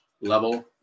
level